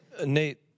Nate